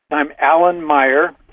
but i'm alan meyer,